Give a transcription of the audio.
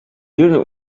unit